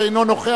שאינו נוכח,